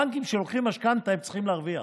הבנקים, כשהם נותנים משכנתה, הם צריכים להרוויח,